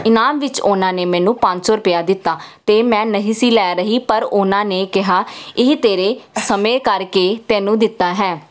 ਇਨਾਮ ਵਿੱਚ ਉਹਨਾਂ ਨੇ ਮੈਨੂੰ ਪੰਜ ਸੌ ਰੁਪਇਆ ਦਿੱਤਾ ਅਤੇ ਮੈਂ ਨਹੀਂ ਸੀ ਲੈ ਰਹੀ ਪਰ ਉਹਨਾਂ ਨੇ ਕਿਹਾ ਇਹ ਤੇਰੇ ਸਮੇਂ ਕਰਕੇ ਤੈਨੂੰ ਦਿੱਤਾ ਹੈ